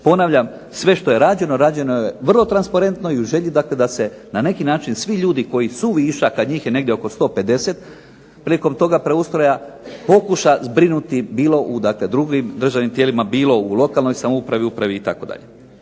ponavljam sve što je rađeno, rađeno je vrlo transparentno i u želji dakle da se na neki način svi ljudi koji su višak, a njih je negdje oko 150 prilikom toga preustroja, pokuša zbrinuti bilo u dakle drugim državnim tijelima, bilo u lokalnoj samoupravi, upravi itd.